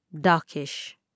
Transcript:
Darkish